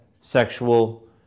sexual